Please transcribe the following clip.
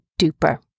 duper